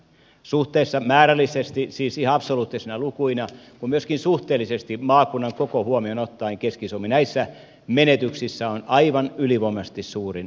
suhteessa määrällisesti siis absoluuttisina lukuina kuin myöskin suhteellisesti maakunnan koko huomioon ottaen keski suomi näissä menetyksissä on aivan ylivoimaisesti suurin menettäjä